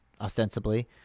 ostensibly